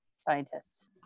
scientists